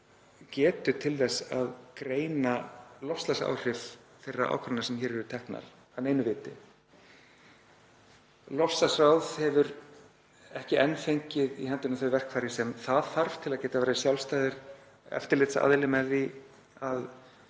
getu til þess að greina loftslagsáhrif þeirra ákvarðana sem hér eru teknar af neinu viti. Loftslagsráð hefur ekki enn fengið í hendur þau verkfæri sem það þarf til að geta verið sjálfstæður eftirlitsaðili með því að